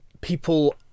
people